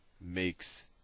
makes